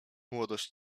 młodość